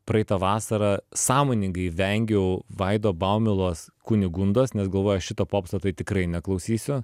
praeitą vasarą sąmoningai vengiau vaido baumilos kunigundos nes galvoju šito popso tai tikrai neklausysiu